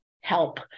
help